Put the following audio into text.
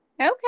Okay